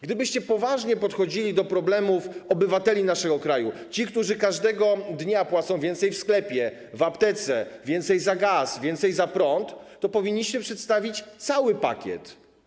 Gdybyście poważnie podchodzili do problemów obywateli naszego kraju, tych, którzy każdego dnia płacą więcej w sklepie, w aptece, więcej za gaz, więcej za prąd, to powinniście przedstawić cały pakiet.